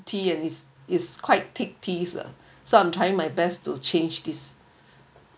tea and is is quite thick tea lah so I'm trying my best to change this